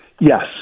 Yes